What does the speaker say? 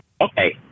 okay